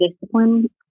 discipline